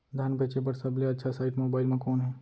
धान बेचे बर सबले अच्छा साइट मोबाइल म कोन हे?